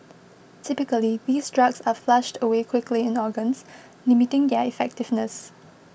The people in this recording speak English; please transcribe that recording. typically these drugs are flushed away quickly in organs limiting their effectiveness